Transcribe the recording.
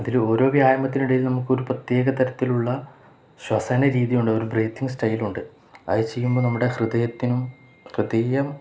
അതില് ഓരോ വ്യായാമത്തിനിടയിൽ നമുക്കൊരു പ്രത്യേക തരത്തിലുള്ള ശ്വസന രീതിയുണ്ട് ഒരു ബ്രീതിങ് സ്റ്റൈലുണ്ട് അതു ചെയ്യുമ്പോള് നമ്മുടെ ഹൃദയത്തിനും ഹൃദയം